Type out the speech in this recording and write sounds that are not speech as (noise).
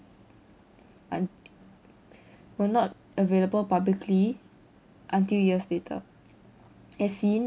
and (breath) were not available publicly until years later as seen